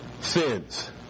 sins